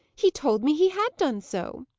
he told me he had done so.